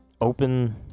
open